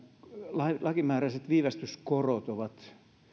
kun nämä lakimääräiset viivästyskorot ovat